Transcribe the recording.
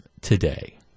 today